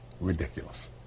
Ridiculous